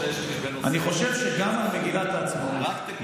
אני חושב שגם על מגילת העצמאות,